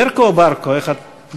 בֶּרקו או בַּרקו, איך את, ?